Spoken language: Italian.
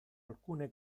alcune